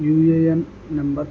U A N number